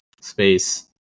space